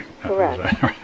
Correct